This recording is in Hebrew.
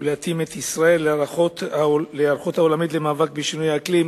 ולהתאים את ישראל להיערכות העולמית למאבק בשינוי האקלים.